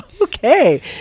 Okay